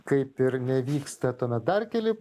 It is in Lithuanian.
kaip ir nevyksta tuomet dar keli